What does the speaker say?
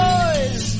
Boys